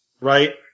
Right